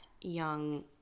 Young